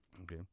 okay